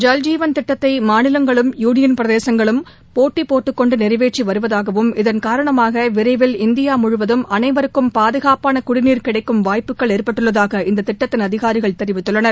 ஜல் ஜீவன் திட்டத்தை மாநிலங்களும் யூனியன் பிரதேசங்களும் போட்டி போட்டுக்கொண்டு நிறைவேற்றி வருவதாகவும் இதன் காரணமாக விரைவில் இந்தியா முழுவதும் அனைவருக்கும் பாதுகாப்பான குடிநீர் கிடைக்கும் வாய்ப்புகள் ஏற்பட்டுள்ளதாக இந்த திட்டத்தின் அதிகாரிகள் தெரிவித்துள்ளனர்